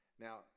now